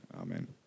amen